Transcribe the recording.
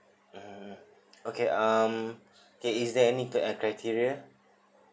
mm mm mm okay um okay is there any uh criteria